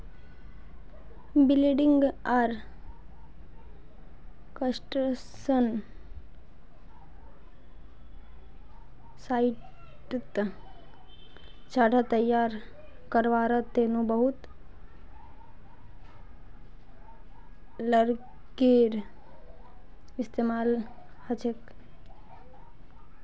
building आर construction साइटत ढांचा तैयार करवार तने बहुत लकड़ीर इस्तेमाल हछेक